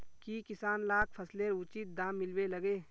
की किसान लाक फसलेर उचित दाम मिलबे लगे?